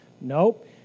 Nope